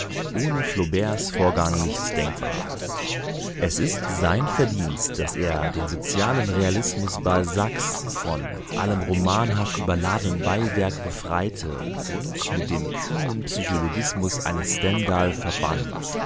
ohne flauberts vorgang nicht denkbar es ist sein verdienst daß er den sozialen realismus balzacs von allem romanhaft überladenen beiwerk befreite und mit dem kühnen psychologismus eines